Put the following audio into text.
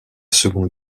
seconde